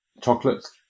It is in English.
chocolates